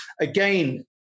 again